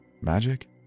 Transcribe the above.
Magic